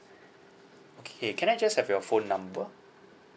okay can I just have your phone number